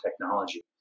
technology